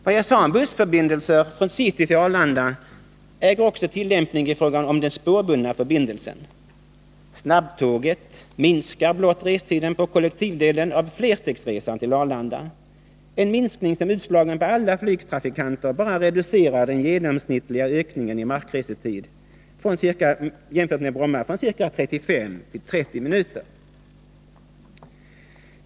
Vad jag sade om bussförbindelsen från city till Arlanda äger också tillämpning i fråga om den spårbundna förbindelsen. Snabbtåget minskar blott restiden på kollektivdelen av flerstegsresan till Arlanda, en minskning som utslagen på alla flygtrafikanter bara reducerar den genomsnittliga ökningen i markresetid, jämfört med Bromma, från ca 35 till ca 30 minuter.